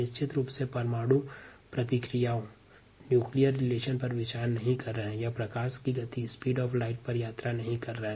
हालाँकि नाभिकीय अभिक्रियाओं या प्रकाश की गति के परिपेक्ष्य में द्रव्यमान संरक्षण सिद्धांत अलग होता हैं वर्तमान में हम इस पर चर्चा नहीं करेंगे